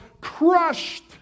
crushed